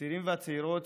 הצעירים והצעירות,